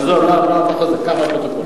עזוב, קח מהפרוטוקול.